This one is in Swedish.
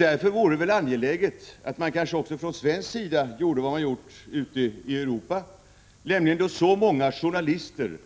Därför vore det angeläget att man också från svensk sida gjorde vad man har gjort ute i Europa. Många journalister,